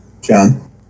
John